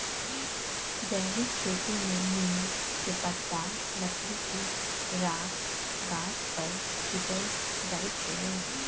जैविक खेती में नीम के पत्ता, लकड़ी के राख गाछ पर छिट्ल जाइ छै